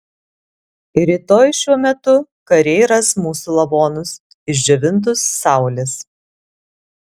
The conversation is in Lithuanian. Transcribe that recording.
rytoj šiuo metu kariai ras mūsų lavonus išdžiovintus saulės